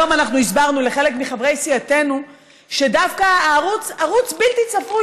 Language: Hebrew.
היום אנחנו הסברנו לחלק מחברי סיעתנו שדווקא ערוץ בלתי צפוי